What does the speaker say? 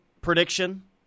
prediction